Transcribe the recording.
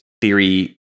theory